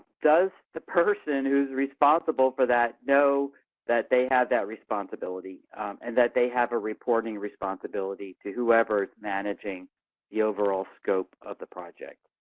does the person who is responsible for that know that they have that responsibility and that they have a reporting responsibility to whoever is managing the overall scope of the project.